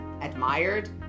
admired